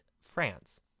France